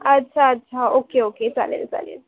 अच्छा अच्छा okay okay चालेल चालेल